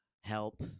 help